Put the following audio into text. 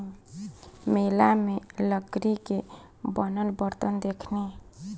मेला में लकड़ी के बनल बरतन देखनी